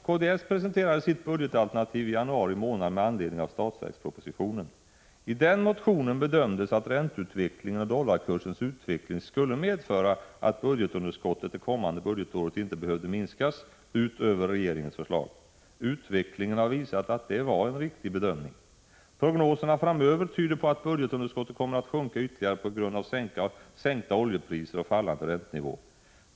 Kds presenterade sitt budgetalternativ i januari månad med anledning av budgetpropositionen. I den motionen bedömdes att ränteutvecklingen och dollarkursens utveckling skulle medföra att budgetunderskottet det kommande budgetåret inte behövde minskas utöver regeringens förslag. Utvecklingen har visat att det var en riktig bedömning. Prognoserna framöver tyder på att budgetunderskottet kommer att sjunka ytterligare på grund av sänkta oljepriser och fallande räntenivå.